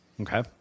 Okay